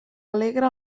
alegra